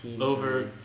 over